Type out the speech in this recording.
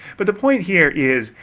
but the point here is,